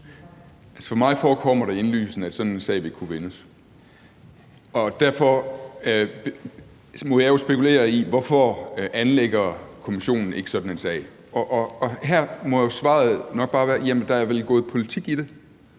For mig forekommer det indlysende, at sådan en sag vil kunne vindes, og derfor må jeg jo spekulere i, hvorfor Kommissionen ikke anlægger sådan en sag. Her må svaret nok bare være, at der vel er gået politik i det.